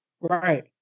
right